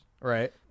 right